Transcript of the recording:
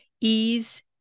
ease